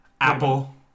Apple